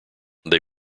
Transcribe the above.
they